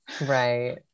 Right